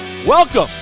Welcome